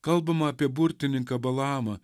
kalbama apie burtininką balamą